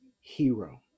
hero